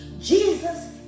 Jesus